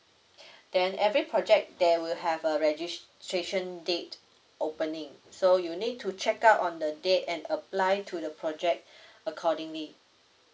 then every project there will have a registration date opening so you need to check out on the date and apply to the project accordingly